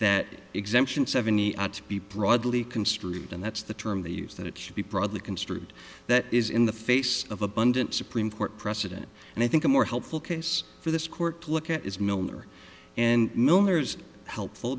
that exemption seventy ad to be broadly construed and that's the term they use that it should be broadly construed that is in the face of abundant supreme court precedent and i think a more helpful case for this court to look at is miller and miller's helpful